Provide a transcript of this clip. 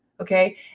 Okay